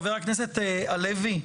חבר הכנסת הלוי,